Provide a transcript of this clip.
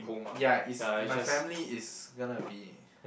ya is my family is gonna be